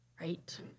right